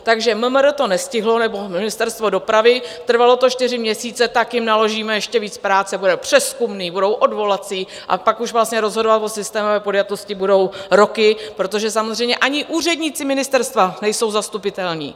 Takže MMR to nestihlo nebo Ministerstvo dopravy, trvalo to čtyři měsíce, tak jim naložíme ještě víc práce, budou přezkumné, budou odvolací, a pak už vlastně rozhodovat o systémové podjatosti budou roky, protože samozřejmě ani úředníci ministerstva nejsou zastupitelní.